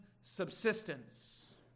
subsistence